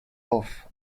off